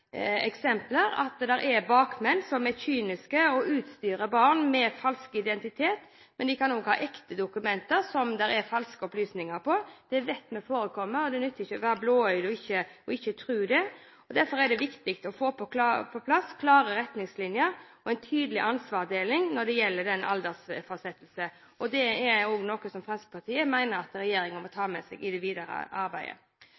eksempler at det er bakmenn som er kyniske og utstyrer barn med falsk identitet, men de kan også ha ekte dokumenter med falske opplysninger på. Det vet vi forekommer, og det nytter ikke å være blåøyde og ikke tro det. Derfor er det viktig å få på plass klare retningslinjer og en tydelig ansvarsdeling når det gjelder det med aldersfastsettelse. Det er også noe som Fremskrittspartiet mener at regjeringen må